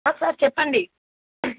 sir చెప్పండి